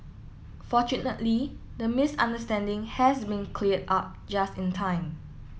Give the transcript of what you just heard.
fortunately the misunderstanding has been cleared up just in time